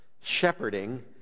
shepherding